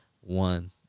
One